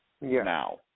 now